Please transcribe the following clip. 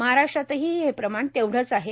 महाराष्ट्रातही हे प्रमाण तेवढेच आहे